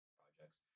projects